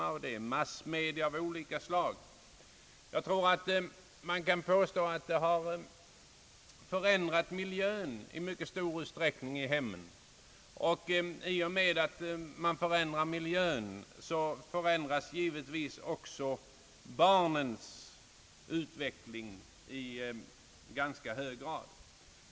Jag tror man kan påstå att massmedia av olika slag i mycket stor utsträckning har förändrat miljön i hemmen, och i och med att den förändras så förändras givetvis också barnens utveckling i ganska hög grad.